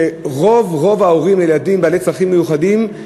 שברוב המשפחות עם ילדים בעלי צרכים מיוחדים,